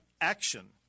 action